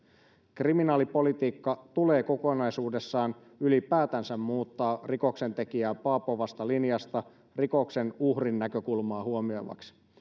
kriminaalipolitiikka tulee kokonaisuudessaan ylipäätänsä muuttaa rikoksentekijää paapovasta linjasta rikoksen uhrin näkökulmaa huomioivaksi